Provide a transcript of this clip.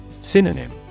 Synonym